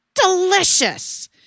delicious